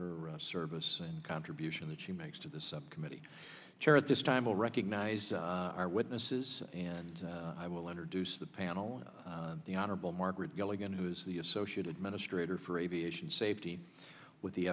her service and contribution that she makes to the subcommittee chair at this time will recognize our witnesses and i will introduce the panel the honorable margaret gilligan who is the associate administrator for aviation safety with the